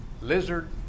lizard